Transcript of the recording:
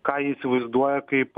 ką ji įsivaizduoja kaip